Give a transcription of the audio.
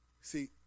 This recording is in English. See